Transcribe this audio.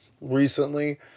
recently